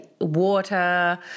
water